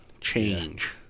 change